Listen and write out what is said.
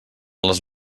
les